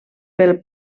pel